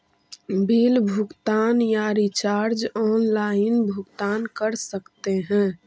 Bill भुगतान या recharge online भुगतान कर सकते हैं?